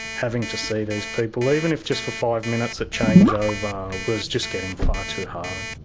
having to see these people, even if just for five minutes at changeover, was just getting far too hard.